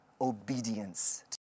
obedience